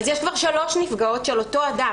אז יש כבר שלוש נפגעות של אותו אדם.